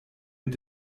mit